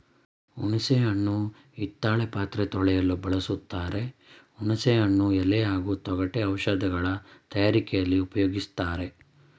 ಹುಣಸೆ ಹಣ್ಣು ಹಿತ್ತಾಳೆ ಪಾತ್ರೆ ತೊಳೆಯಲು ಬಳಸ್ತಾರೆ ಹುಣಸೆ ಹಣ್ಣು ಎಲೆ ಹಾಗೂ ತೊಗಟೆ ಔಷಧಗಳ ತಯಾರಿಕೆಲಿ ಉಪ್ಯೋಗಿಸ್ತಾರೆ